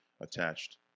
attached